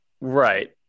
Right